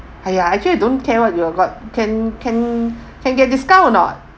!haiya! actually I don't care what you all got can can can get discount or not